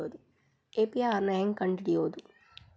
APR ನ ಹೆಂಗ್ ಕಂಡ್ ಹಿಡಿಯೋದು?